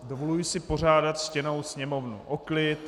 Dovoluji si požádat ctěnou Sněmovnu o klid.